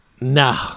No